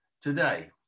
today